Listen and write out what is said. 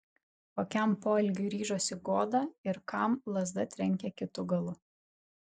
kokiam poelgiui ryžosi goda ir kam lazda trenkė kitu galu